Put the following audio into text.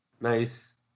Nice